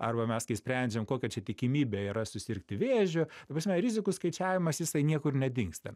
arba mes kai sprendžiam kokia čia tikimybė yra susirgti vėžiu ta prasme rizikų skaičiavimas jisai niekur nedingsta